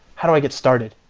how do i get started?